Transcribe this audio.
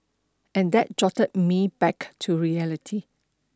and that jolted me back to reality